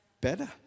better